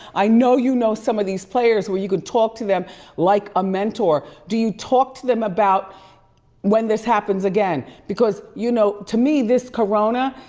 i know you know some of these players where you could talk to them like a mentor, do you talk to them about when this happens again? because you know to me this corona,